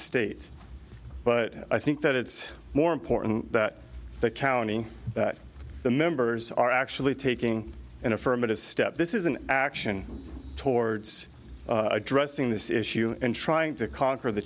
state but i think that it's more important that the county that the members are actually taking an affirmative step this is an action towards addressing this issue and trying to conquer the